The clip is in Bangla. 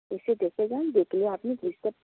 এসে দেখে যান দেখলে আপনি বুঝতে